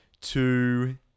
two